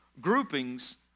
groupings